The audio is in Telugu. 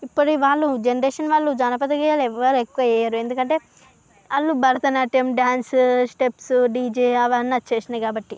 ఇప్పటి వాళ్ళు జనరేషన్ వాళ్ళు జానపద గేయాలు ఎవ్వరు ఎక్కువ చేయరు ఎందుకంటే వాళ్ళు భరతనాట్యం డ్యాన్స్ స్టెప్స్ డీజే అవన్నీ వచ్చేసినాయి కాబట్టి